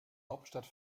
hauptstadt